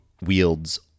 wields